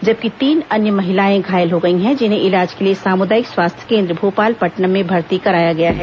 जबकि तीन अन्य महिलाएं घायल हो गई हैं जिन्हें इलाज के लिए सामुदायिक स्वास्थ्य केन्द्र भोपालपट्टनम में भर्ती कराया गया है